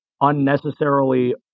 unnecessarily